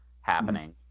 happening